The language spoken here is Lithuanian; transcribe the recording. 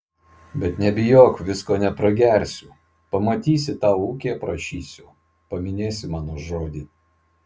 bet nebijok visko nepragersiu pamatysi tau ūkį aprašysiu paminėsi mano žodį